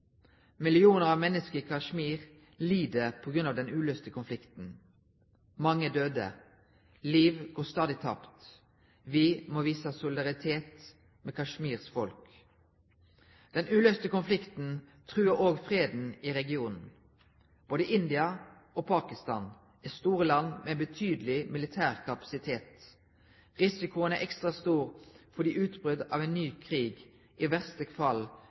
Millioner av mennesker i Kashmir lider på grunn av den uløste konflikten. Mange er døde. Liv går stadig tapt. Vi må vise solidaritet med Kashmirs folk. Den uløste konflikten truer også freden i regionen. Både India og Pakistan er store land med betydelig militær kapasitet. Risikoen er ekstra stor fordi utbrudd av en ny krig i